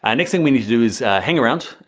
and next thing we need to do is hang around,